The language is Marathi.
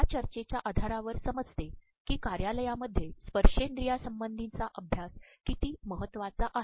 या चर्चेच्या आधारावर समजते की कार्यालयामध्ये स्पर्शेंद्रियासंबंधीचा अभ्यास किती महत्वाचा आहे